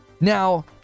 Now